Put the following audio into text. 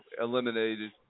eliminated